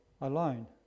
alone